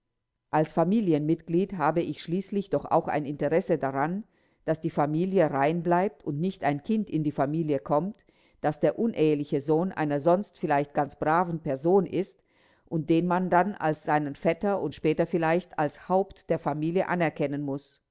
als familienmitglied habe ich schließlich doch auch ein interesse daran daß die familie rein bleibt und nicht ein kind in die familie kommt das der uneheliche sohn einer sonst vielleicht ganz braven person ist und den man dann als seinen vetter und später vielleicht als haupt der familie anerkennen muß